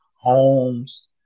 homes